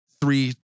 three